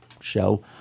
show